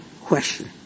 question